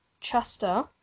Chester